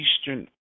Eastern